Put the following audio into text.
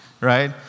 right